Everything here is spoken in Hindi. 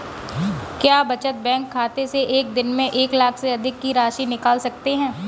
क्या बचत बैंक खाते से एक दिन में एक लाख से अधिक की राशि निकाल सकते हैं?